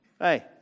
Hey